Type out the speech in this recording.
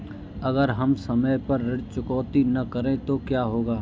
अगर हम समय पर ऋण चुकौती न करें तो क्या होगा?